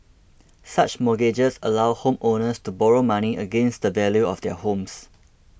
such mortgages allow homeowners to borrow money against the value of their homes